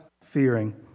fearing